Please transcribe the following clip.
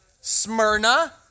Smyrna